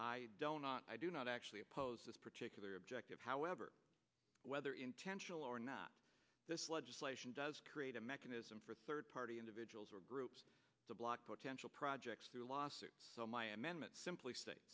i don't know i do not actually oppose this particular objective however whether intentional or not this legislation does create a mechanism for third party individuals or groups to block potential projects through lawsuits so my amendment simply say